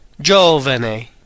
Giovane